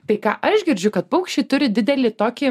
tai ką aš girdžiu kad paukščiai turi didelį tokį